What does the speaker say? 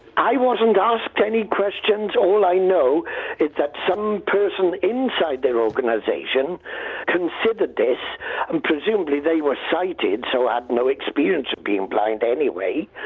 wasn't asked any questions, all i know is that some person inside their organisation considered this and presumably they were sighted, so had no experience of being blind anyway.